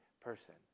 person